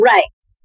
Right